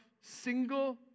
single